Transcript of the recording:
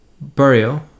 Burial